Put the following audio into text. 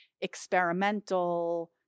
experimental